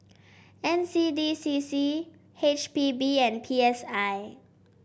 N C D C C H P B and P S I